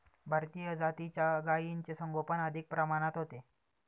भारतीय जातीच्या गायींचे संगोपन अधिक प्रमाणात होते